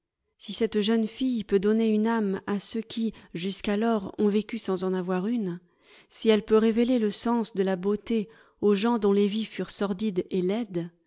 si cette jeune fille peut donner une âme à ceux qui jusqu'alors ont vécu sans en avoir une si elle peut révéler le sens de la beauté aux gens dont les vies furent sordides et laides